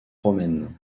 romaines